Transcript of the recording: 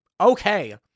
okay